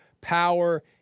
power